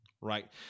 Right